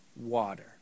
water